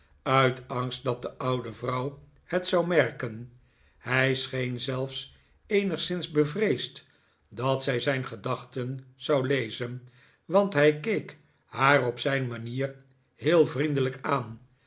uit angst dat de oude vrouw het zou merken hij scheen zelfs eenigszins bevreesd dat zij zijn gedachten zou lezen want hij keek haar op zijn manier heel vriendelijk aan